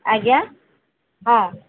ଆଜ୍ଞା ହଁ